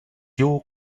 you